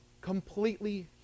completely